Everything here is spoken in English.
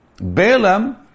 Balaam